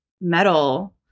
metal